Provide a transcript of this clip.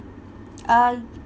uh